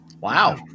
Wow